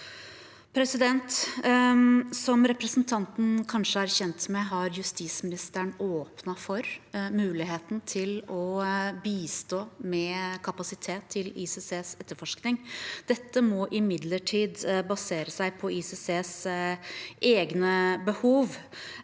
Som representanten kanskje er kjent med, har justisministeren åpnet for muligheten til å bistå med kapasitet til ICCs etterforskning. Dette må imidlertid basere seg på ICCs egne behov.